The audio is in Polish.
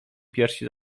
piersi